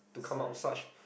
to come out such